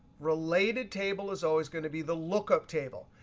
related table is always going to be the lookup table.